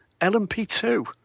LMP2